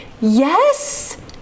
Yes